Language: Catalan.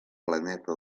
planeta